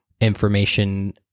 information